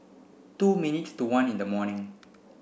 two minutes to one in the morning